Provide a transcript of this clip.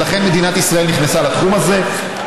ולכן מדינת ישראל נכנסה לתחום הזה.